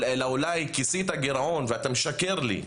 אלא אולי כיסית גירעון ואתה משקר לי,